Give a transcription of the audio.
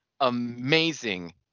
amazing